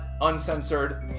uncensored